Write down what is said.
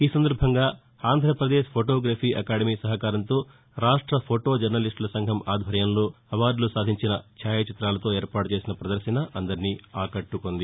ఈ సందర్భంగా Andhra Pradesh photography academy సహకారంతో రాష్ట్ర ఫోటో జర్నలిస్టుల సంఘం ఆధ్వర్యంలో అవార్డులు సాధించిన ఛాయా చిత్రాలతో ఏర్పాటు చేసిన పదర్శన అందర్నీ ఆకట్టుకొంది